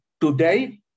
today